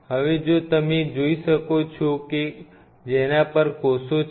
હવે જો તમે જોઈ શકો છો કે જેના પર કોષો છે